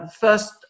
first